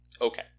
Okay